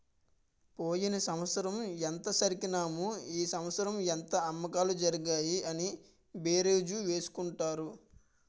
పోయిన సంవత్సరం ఎంత సరికన్నాము ఈ సంవత్సరం ఎంత అమ్మకాలు జరిగాయి అని బేరీజు వేసుకుంటారు